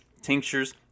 tinctures